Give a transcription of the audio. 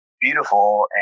beautiful